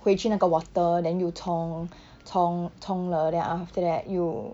回去那个 water than 又冲 冲冲了 then after that 又